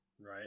Right